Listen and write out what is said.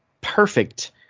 perfect